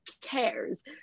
cares